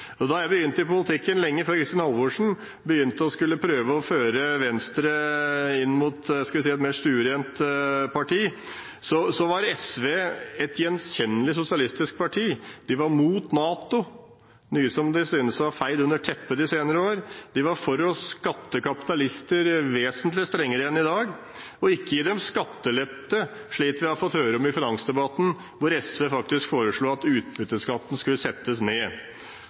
gjenoppstått. Da jeg begynte i politikken, lenge før Kristin Halvorsen prøvde å gjøre Sosialistisk Venstreparti til et – skal vi si – mer stuerent parti, var SV et gjenkjennelig sosialistisk parti. De var mot NATO, noe som de synes å ha feid under teppet de senere år. De var for å skatte kapitalister vesentlig strengere enn i dag og ikke gi dem skattelette, slik vi fikk høre om i finansdebatten, hvor SV faktisk foreslo at utbytteskatten skulle settes ned.